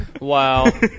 Wow